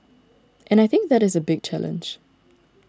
and I think that is a big challenge